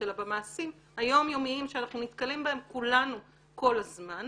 אלא במעשים היום יומיים שאנחנו נתקלים בהם כולנו כל הזמן,